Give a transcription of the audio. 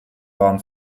waren